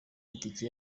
itike